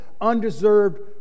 undeserved